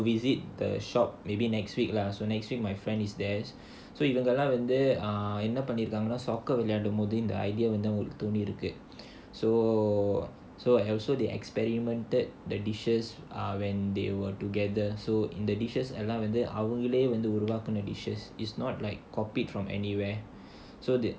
so I'm planning to visit the shop maybe next week lah so next week my friend is there so இவங்கல்லாம் வந்து என்ன பண்ணிருக்காங்கன்னா:ivangalaam vandhu enna pannirukkaanganaa so so and also they experimented the dishes are when they were together so in the dishes and அதுலாம் வந்து அவங்களே வந்து உருவாக்குன:adhulaam vandhu avangalae vandhu uruvaakkuna dishes is not like copied from anywhere so their